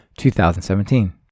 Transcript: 2017